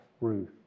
Ruth